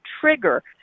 trigger